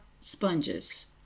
sponges